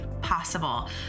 possible